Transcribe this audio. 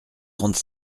trente